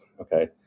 okay